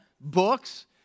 books